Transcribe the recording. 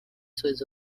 suas